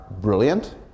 brilliant